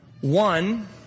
One